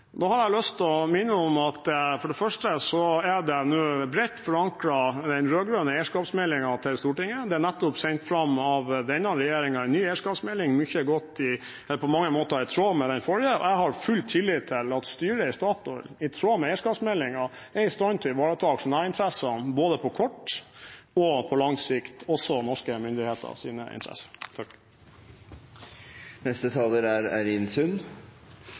Nå har jeg lyst til å minne om at for det første er den rød-grønne eierskapsmeldingen til Stortinget nå bredt forankret. Det er nettopp lagt fram av denne regjeringen en ny eierskapsmelding, som på mange måter er i tråd med den forrige. Jeg har full tillit til at styret i Statoil i tråd med eierskapsmeldingen er i stand til å ivareta aksjonærinteressene både på kort og på lang sikt, også norske myndigheters interesser. Jeg er